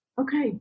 Okay